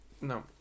No